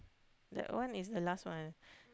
that one is the last one